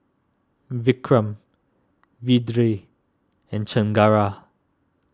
Vikram Vedre and Chengara